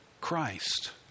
Christ